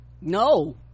No